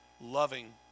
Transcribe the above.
loving